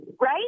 right